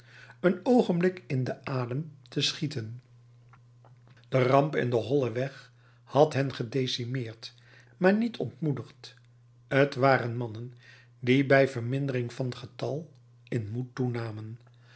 een oogenblik in den adem te schieten de ramp in den hollen weg had hen gedecimeerd maar niet ontmoedigd t waren mannen die bij vermindering van getal in moed toenamen